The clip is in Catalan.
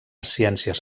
ciències